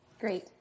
Great